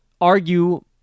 argue